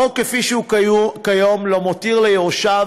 החוק כפי שהוא כיום לא מותיר ליורשיו